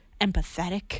empathetic